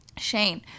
Shane